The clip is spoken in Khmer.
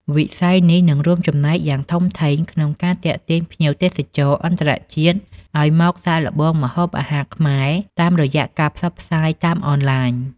វិស័យនេះនឹងរួមចំណែកយ៉ាងធំធេងក្នុងការទាក់ទាញភ្ញៀវទេសចរអន្តរជាតិឱ្យមកសាកល្បងម្ហូបអាហារខ្មែរតាមរយៈការផ្សព្វផ្សាយតាមអនឡាញ។